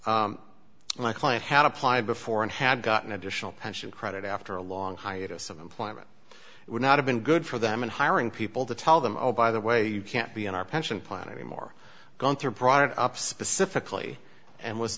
my client had applied before and had gotten additional pension credit after a long hiatus of employment would not have been good for them and hiring people to tell them oh by the way you can't be on our pension plan anymore going through brought up specifically and was